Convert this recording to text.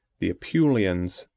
the apulians,